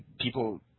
People